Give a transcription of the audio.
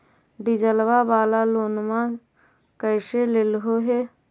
डीजलवा वाला लोनवा कैसे लेलहो हे?